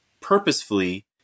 purposefully